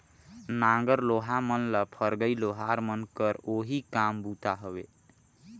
नांगर लोहा मन ल फरगई लोहार मन कर ओही काम बूता हवे